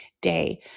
day